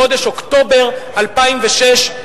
בחודש אוקטובר 2006,